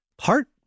Heart